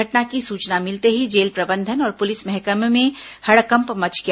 घटना की सूचना मिलते ही जेल प्रबंधन और पुलिस महकमे में हड़कंप मच गया